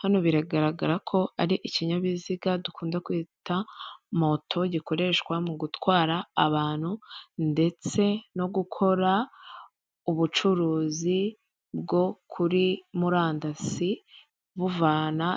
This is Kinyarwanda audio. Hano biragaragara ko ari ikinyabiziga dukunda kwita moto, gikoreshwa mu gutwara abantu ndetse no gukora ubucuruzi bwo kuri murandasi, buvana